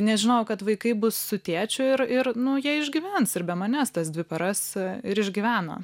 nes žinojau kad vaikai bus su tėčiu ir ir nu jie išgyvens ir be manęs tas dvi paras ir išgyveno